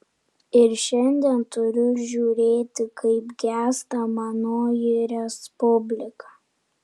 ir šiandien turiu žiūrėti kaip gęsta manoji respublika